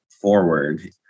forward